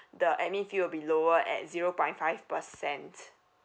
the admin fee will be lower at zero point five percent